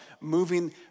moving